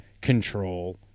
control